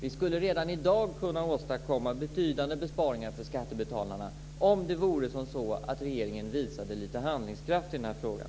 Vi skulle redan i dag kunna åstadkomma betydande besparingar för skattebetalarna om regeringen visade lite handlingskraft i frågan.